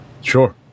Sure